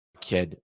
kid